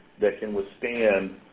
that can withstand